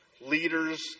leaders